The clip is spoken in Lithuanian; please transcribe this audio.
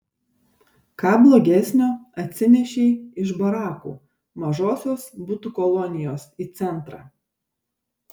ką blogesnio atsinešei iš barakų mažosios butų kolonijos į centrą